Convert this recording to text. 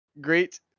great